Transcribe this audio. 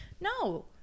No